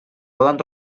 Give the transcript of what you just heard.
poden